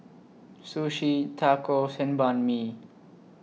Sushi Tacos and Banh MI